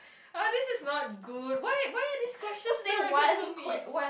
this is not good why why are these questions directed to me